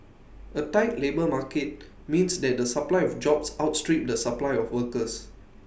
A tight labour market means that the supply of jobs outstrip the supply of workers